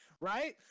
right